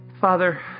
Father